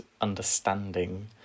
understanding